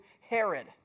Herod